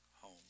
home